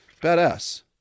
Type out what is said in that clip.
badass